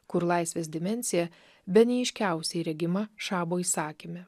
kur laisvės dimensija bene aiškiausiai regima šabo įsakyme